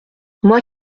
moi